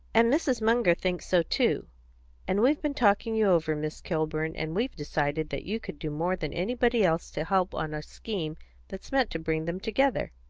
and mrs. munger thinks so too and we've been talking you over, miss kilburn, and we've decided that you could do more than anybody else to help on a scheme that's meant to bring them together.